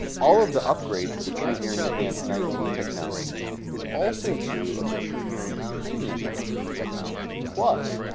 all of the upgrades for the truhearing advanced nineteen technology is also true of the truhearing premium nineteen technology plus,